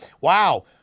Wow